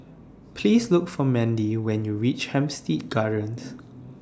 Please Look For Mandie when YOU REACH Hampstead Gardens